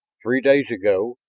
three days ago,